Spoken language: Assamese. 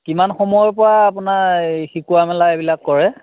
কিমান সময়ৰ পৰা আপোনাৰ শিকোৱা মেলা এইবিলাক কৰে